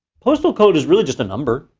postal code is really just a number.